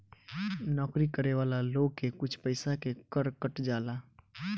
नौकरी करे वाला लोग के कुछ पइसा के कर कट जाला